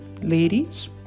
ladies